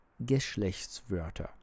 Geschlechtswörter